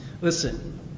listen